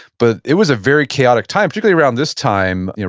but it was a very chaotic time, particularly around this time,